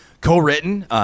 Co-written